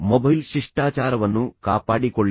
mobile ಶಿಷ್ಟಾಚಾರವನ್ನು ಕಾಪಾಡಿಕೊಳ್ಳಿ